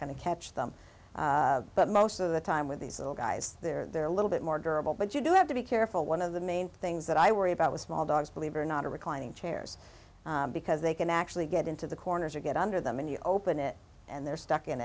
going to catch them but most of the time with these little guys there they're a little bit more durable but you do have to be careful one of the main things that i worry about with small dogs believe or not a reclining chairs because they can actually get into the corners or get under them and you open it and they're stuck in